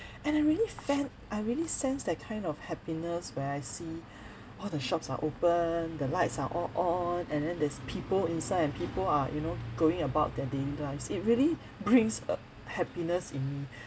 and I really fan~ I really sense that kind of happiness where I see all the shops are open the lights are all on and then there's people inside and people are you know going about their daily lives it really brings a happiness in me